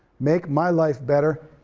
make my life better,